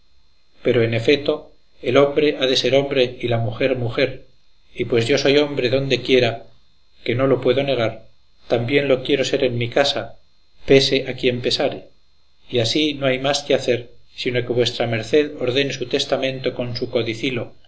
pero en efeto el hombre ha de ser hombre y la mujer mujer y pues yo soy hombre dondequiera que no lo puedo negar también lo quiero ser en mi casa pese a quien pesare y así no hay más que hacer sino que vuestra merced ordene su testamento con su codicilo